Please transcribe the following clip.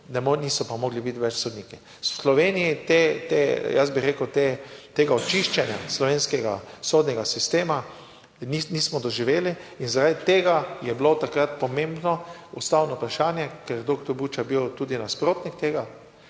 niso pa mogli biti več sodniki. V Sloveniji, jaz bi rekel, tega očiščenja slovenskega sodnega sistema nismo doživeli in zaradi tega je bilo takrat pomembno ustavno vprašanje, ker je doktor Bučar bil tudi nasprotnik tega,